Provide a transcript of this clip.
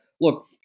look